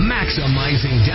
Maximizing